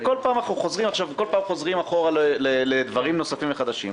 ובכל פעם אנחנו חוזרים אחורה לדברים נוספים וחדשים.